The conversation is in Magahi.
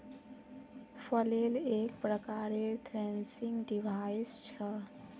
फ्लेल एक प्रकारेर थ्रेसिंग डिवाइस छ